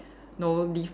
know leave